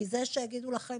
כי זה שיגידו לכם